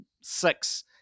six